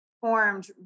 formed